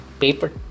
paper